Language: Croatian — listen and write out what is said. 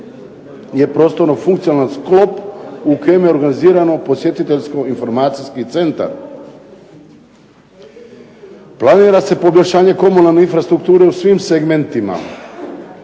je prostorno-funkcionalan sklop u .../Govornik se ne razumije./... organizirano posjetiteljsko-informacijski centar. Planira se poboljšanje komunalne infrastrukture u svim segmentima,